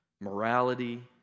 morality